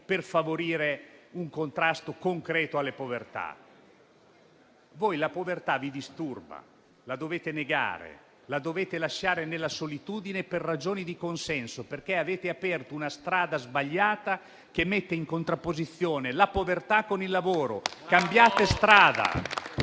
per favorire un contrasto concreto alle povertà. La povertà vi disturba: la dovete negare, la dovete lasciare nella solitudine per ragioni di consenso, perché avete aperto una strada sbagliata che mette in contrapposizione la povertà con il lavoro.